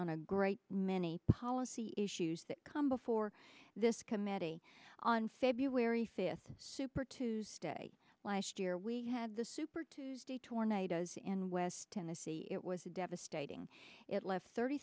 on a great many policy issues that come before this committee on february fifth super tuesday last year we had the super tuesday tornadoes in west tennessee it was stating it left thirty